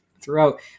throughout